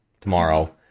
tomorrow